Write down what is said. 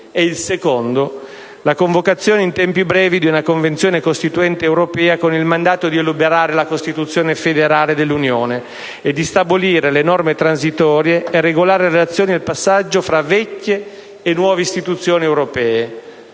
obiettivo è la convocazione in tempi brevi di una Convenzione costituente europea con il mandato di elaborare la Costituzione federale dell'Unione e di stabilire le norme transitorie per regolare le relazioni e il passaggio fra vecchie e nuove istituzioni europee.